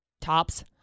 Tops